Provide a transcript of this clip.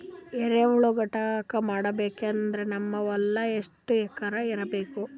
ಎರೆಹುಳ ಘಟಕ ಮಾಡಬೇಕಂದ್ರೆ ನಮ್ಮ ಹೊಲ ಎಷ್ಟು ಎಕರ್ ಇರಬೇಕು?